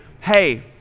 hey